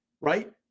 right